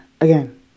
again